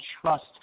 trust